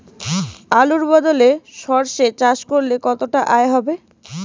আলুর বদলে সরষে চাষ করলে কতটা আয় হবে?